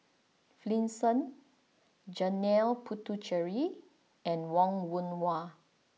Finlayson Janil Puthucheary and Wong Yoon Wah